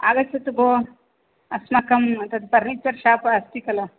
आगच्छतु भोः अस्माकं तत् पर्नीचर् शाप् अस्ति खलु